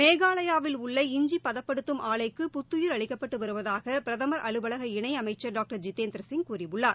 மேகாலயாவில் உள்ள இஞ்சி பதப்படுத்தும் ஆலைக்கு புத்தயிர் அளிக்கப்பட்டு வருவதாக பிரதமர் அலுவலக இணை அமைச்சர் டாக்டர் ஜிதேந்திரசிங் கூறியுள்ளார்